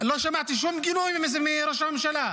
לא שמעתי שום גינוי מראש הממשלה.